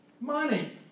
Money